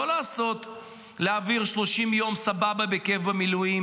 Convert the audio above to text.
לא להעביר 30 יום סבבה בכיף במילואים